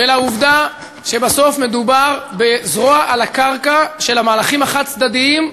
ולעובדה שבסוף מדובר בזרוע על הקרקע של המהלכים החד-צדדיים,